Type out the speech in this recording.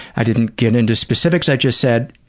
i didn't get into specifics, i just said,